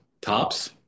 tops